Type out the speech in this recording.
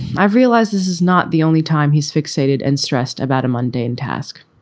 i realized this is not the only time he's fixated and stressed about a mundane task.